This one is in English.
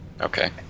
Okay